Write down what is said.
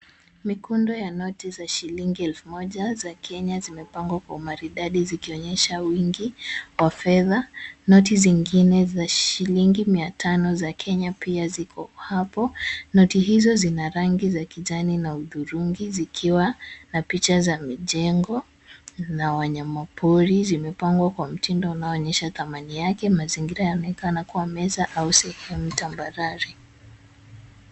Mikundo ya noti za shilingi elfu moja za Kenya zimepangwa kwa umaridadi zikionyesha wingi wa fedha. Noti zingine za shilingi mia tano za Kenya pia ziko hapo. Noti hizo zina rangi za kijani na hudhurungi zikiwa na picha za mijengo na wanyama pori zimepangwa kwa mtindo unaoonyesha thamani yake. Mazingira yanaonekana kuwa meza au sehemu tambarare.